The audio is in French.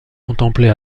contempler